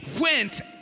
went